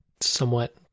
somewhat